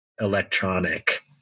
electronic